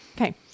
Okay